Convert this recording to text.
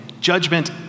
judgment